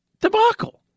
debacle